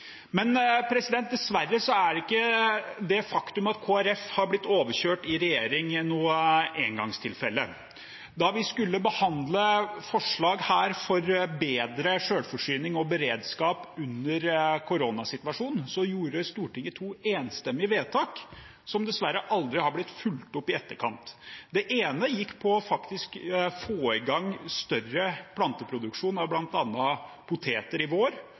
Dessverre er ikke det faktum at Kristelig Folkeparti har blitt overkjørt i regjering, noe engangstilfelle. Da vi skulle behandle forslag for bedre selvforsyning og beredskap under koronasituasjonen, fattet Stortinget to enstemmige vedtak som dessverre aldri har blitt fulgt opp i etterkant. Det ene gikk på å få i gang større planteproduksjon av bl.a. poteter i vår,